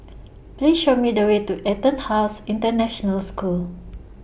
Please Show Me The Way to Etonhouse International School